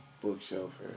bookshelf